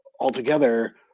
altogether